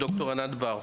ד״ר ענת בר,